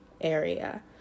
area